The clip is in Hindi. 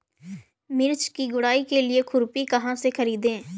मिर्च की गुड़ाई के लिए खुरपी कहाँ से ख़रीदे?